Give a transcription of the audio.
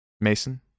Mason